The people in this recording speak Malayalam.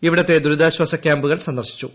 ഇവിടത്തെ ദുരിതാശ്ചാസ കൃാമ്പുകൾ സന്ദർശിച്ചു